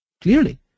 clearly